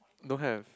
don't have